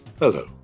Hello